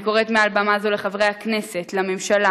אני קוראת מעל במה זו לחברי הכנסת, לממשלה